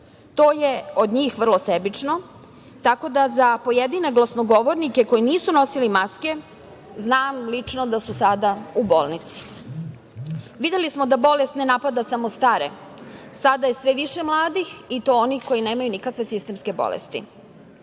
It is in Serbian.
to je od njih vrlo sebično, tako da za pojedine glasnogovornike koji nisu nosili maske, znam lično da su sada u bolnici. Videli smo da bolest ne napada samo stare, sada je sve više mladih i to onih koji nemaju nikakve sistemske bolesti.